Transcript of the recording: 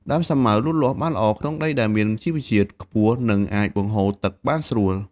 ដើមសាវម៉ាវលូតលាស់បានល្អក្នុងដីដែលមានជីវជាតិខ្ពស់ និងអាចបង្ហូរទឹកបានស្រួល។